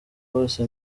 bose